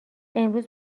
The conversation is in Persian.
امروز